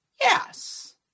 Yes